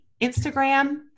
Instagram